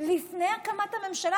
לפני הקמת הממשלה?